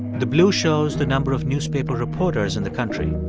the blue shows the number of newspaper reporters in the country.